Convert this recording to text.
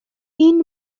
این